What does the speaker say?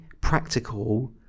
practical